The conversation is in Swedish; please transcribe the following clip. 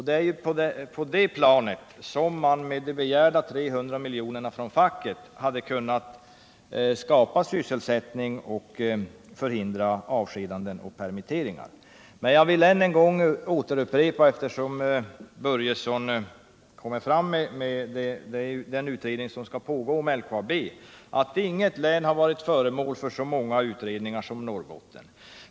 Det är på det planet som man med de 300 milj.kr. som facket har begärt hade kunnat skapa sysselsättning och förhindra avskedanden och permitteringar. Eftersom Fritz Börjesson kommer fram med den utredning som skall pågå om LKAB, vill jag än en gång påpeka att inget län har varit föremål för så många utredningar som Norrbotten.